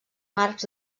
marcs